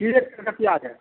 कि रेट कलकतिआके